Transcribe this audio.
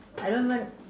I don't even